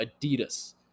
Adidas